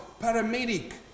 Paramedic